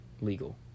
legal